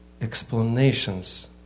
explanations